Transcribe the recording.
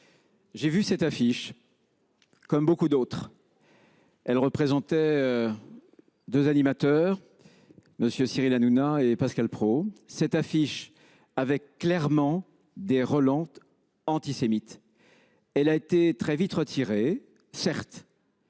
j’ai vu cette affiche, comme beaucoup d’autres. Elle représentait deux animateurs – M. Cyril Hanouna et M. Pascal Praud. Cette affiche avait clairement des relents antisémites. Elle a été très vite retirée, certes